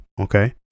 okay